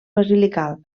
basilical